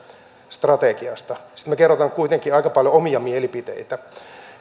strategiasta sitten me kerromme kuitenkin aika paljon omia mielipiteitä